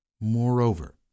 Moreover